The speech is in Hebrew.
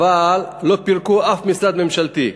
אבל לא פירקו אף משרד ממשלתי.